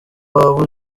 waba